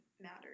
mattered